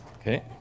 Okay